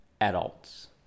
adults